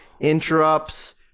interrupts